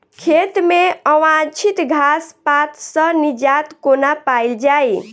खेत मे अवांछित घास पात सऽ निजात कोना पाइल जाइ?